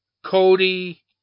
Cody